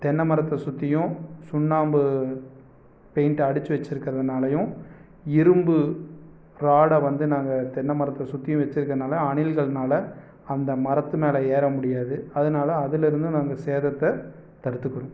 தென்னை மரத்தை சுற்றியும் சுண்ணாம்பு பெயிண்ட் அடித்து வச்சுருக்கிறதுனாலயும் இரும்பு ராடை வந்து நாங்கள் தென்னை மரத்தை சுற்றியும் வச்சுருக்கனால அணில்கள்னால அந்த மரத்து மேலே ஏற முடியாது அதனால் அதுலேருந்தும் நாங்கள் சேதத்தை தடுத்துக்கிறோம்